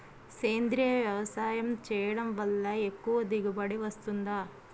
సేంద్రీయ వ్యవసాయం చేయడం వల్ల ఎక్కువ దిగుబడి వస్తుందా?